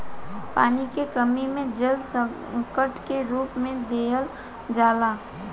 पानी के कमी के जल संकट के रूप में देखल जाला